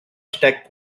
stack